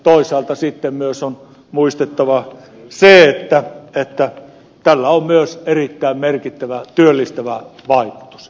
toisaalta sitten myös on muistettava se että tällä on myös erittäin merkittävä työllistävä vaikutus